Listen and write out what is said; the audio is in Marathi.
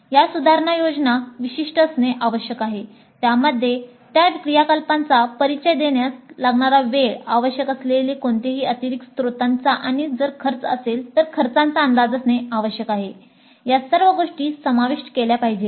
या सुधारणा योजना विशिष्ट असणे आवश्यक आहे त्यामध्ये त्या क्रियाकलापांचा परिचय देण्यास लागणारा वेळ आवश्यक असलेल्या कोणत्याही अतिरिक्त स्त्रोतांचा आणि जर खर्च असेल तर खर्चाचा अंदाज असणे आवश्यक आहे या सर्व गोष्टी समाविष्ट केल्या पाहिजेत